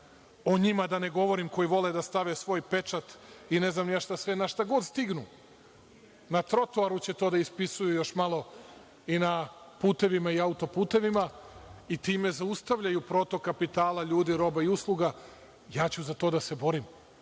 O njima da ne govorim, koji vole da stave svoj pečat i ne znam šta već, našta god stignu, na trotoaru će to da ispisuju još malo i na putevima i na auto-putevima i time zaustavljaju protok kapitala ljudi, roba i usluga, ja ću za to da se borim.